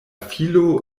filo